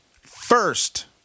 first